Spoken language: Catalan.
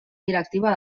directiva